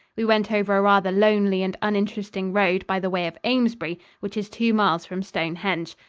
we went over a rather lonely and uninteresting road by the way of amesbury, which is two miles from stonehenge.